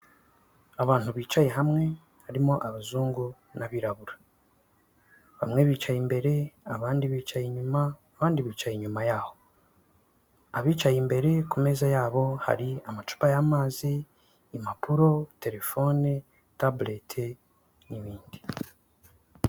Abantu bicaye hamwe harimo abazungu n'abirabura, bamwe bicaye imbere abandi bicaye inyuma, abandi bicaye inyuma yaho, abicaye imbere ku meza yabo hari amacupa y'amazi, impapuro, telefone, tablet n'ibindi.